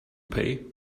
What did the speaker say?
pay